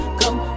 come